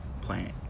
planet